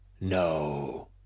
no